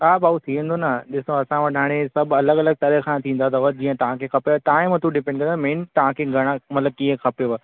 हा भाउ थी वेंदो न ॾिसो असां वटि हाणे सभु अलॻि अलॻि तरह खां थींदा अथव जीअं तव्हां खे खपेव तव्हां जे मथऊं डिपेंड मेन तव्हां खे घणा मतिलबु कीअं खपेव